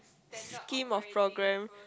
scheme of program